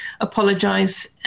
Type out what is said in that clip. apologise